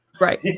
right